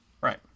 Right